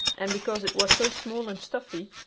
and because it was so small and stuffy,